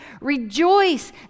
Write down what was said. rejoice